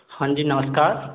हाँ जी नमस्कार